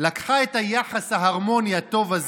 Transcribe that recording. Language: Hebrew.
לקחה את היחס ההרמוני, הטוב הזה,